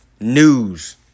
news